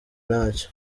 ntacyo